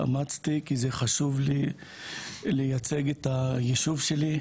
אני התאמצתי כי חשוב לי לייצג את הישוב שלי,